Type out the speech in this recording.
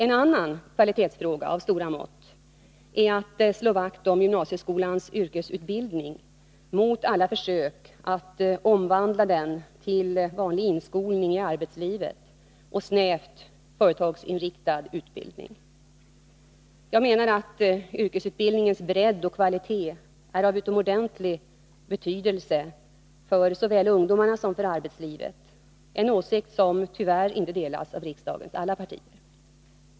En annan kvalitetsfråga av stora mått är att slå vakt om gymnasieskolans yrkesutbildning mot alla försök att omvandla den till vanlig inskolning i arbetslivet och snävt företagsinriktad utbildning. Jag menar att yrkesutbildningens bredd och kvalitet är av utomordentlig betydelse för såväl ungdomarna som arbetslivet, en åsikt som tyvärr inte delas av alla riksdagens partier.